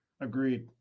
Agreed